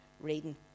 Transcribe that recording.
reading